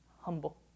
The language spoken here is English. Humble